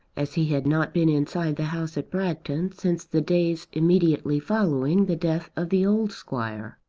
as he had not been inside the house at bragton since the days immediately following the death of the old squire.